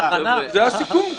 הסיכום.